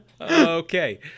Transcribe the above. Okay